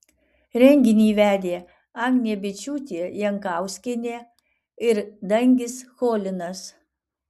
renginį vedė agnė byčiūtė jankauskienė ir dangis cholinas